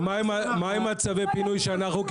ומה עם צווי הפינוי שקיבלנו?